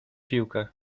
piłkę